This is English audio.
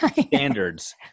standards